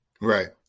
Right